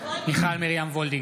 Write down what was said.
(קורא בשם חברת הכנסת) מיכל מרים וולדיגר,